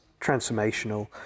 transformational